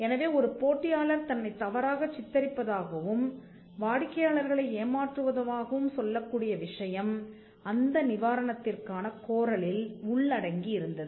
எனவே ஒரு போட்டியாளர் தன்னைத் தவறாகச் சித்தரிப்பதாகவும் வாடிக்கையாளர்களை ஏமாற்றுவதாகவும் சொல்லக்கூடிய விஷயம் அந்த நிவாரணத்திற்கான கோரலில் உள்ளடங்கி இருந்தது